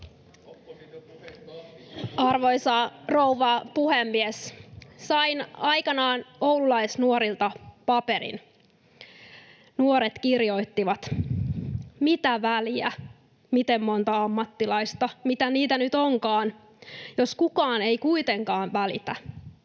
Arvoisa rouva puhemies! Sain aikanaan oululaisnuorilta paperin. Nuoret kirjoittivat: "Mitä väliä, miten monta ammattilaista, mitä niitä nyt onkaan, jos kukaan ei kuitenkaan välitä,